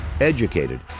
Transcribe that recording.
educated